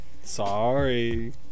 sorry